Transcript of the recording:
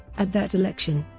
at that election,